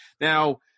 Now